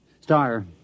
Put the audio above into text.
Star